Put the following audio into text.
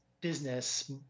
business